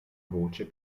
voce